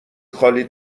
خالی